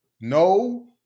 No